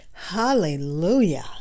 Hallelujah